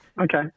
Okay